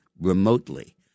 remotely